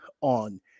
on